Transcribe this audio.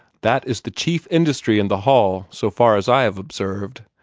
that is the chief industry in the hall, so far as i have observed.